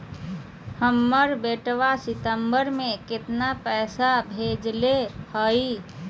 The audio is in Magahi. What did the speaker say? हमर बेटवा सितंबरा में कितना पैसवा भेजले हई?